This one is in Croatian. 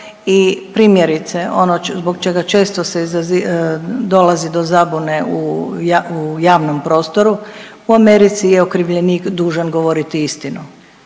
i primjerice ono zbog čega često se dolazi do zabune u javnom prostori u Americi je okrivljenik dužan govoriti istinu,